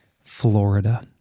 Florida